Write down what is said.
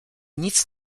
nic